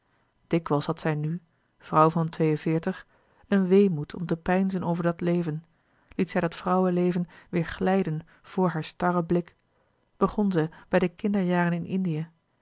dikwijls had zij nu vrouw van twee-en-veertig een weemoed om te peinzen over dat leven liet zij dat vrouweleven weêr glijden voor haar starren blik begon zij bij de kinderjaren in indië